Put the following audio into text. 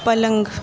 پلنگ